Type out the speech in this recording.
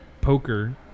poker